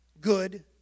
Good